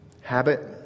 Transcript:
habit